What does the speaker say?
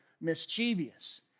mischievous